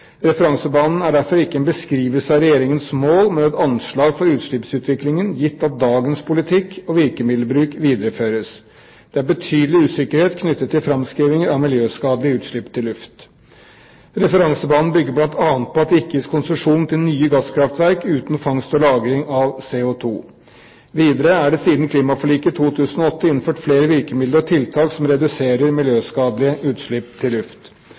Referansebanen er derfor ikke en beskrivelse av Regjeringens mål, men et anslag for utslippsutviklingen gitt at dagens politikk og virkemiddelbruk videreføres. Det er betydelig usikkerhet knyttet til framskrivinger av miljøskadelige utslipp til luft. Referansebanen bygger bl.a. på at det ikke gis konsesjon til nye gasskraftverk uten fangst og lagring av CO2. Videre er det siden klimaforliket i 2008 innført flere virkemidler og tiltak som reduserer miljøskadelige utslipp til luft.